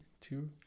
two